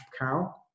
cow